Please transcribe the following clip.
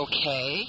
Okay